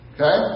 Okay